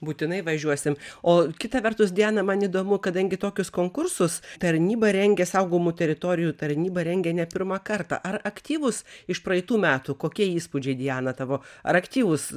būtinai važiuosim o kita vertus diana man įdomu kadangi tokius konkursus tarnyba rengia saugomų teritorijų tarnyba rengia ne pirmą kartą ar aktyvūs iš praeitų metų kokie įspūdžiai diana tavo ar aktyvūs